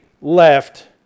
left